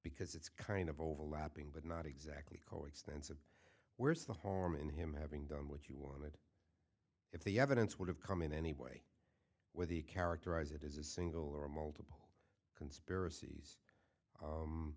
because it's kind of overlapping but not exactly coextensive where's the harm in him having done what you were if the evidence would have come in any way whether you characterize it as a single or multiple conspiracies